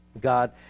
God